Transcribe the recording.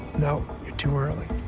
no, you're too early.